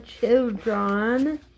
children